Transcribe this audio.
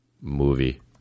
Movie